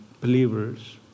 believers